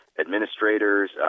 administrators